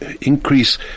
increase